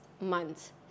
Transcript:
months